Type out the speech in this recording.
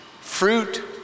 fruit